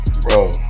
Bro